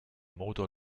motor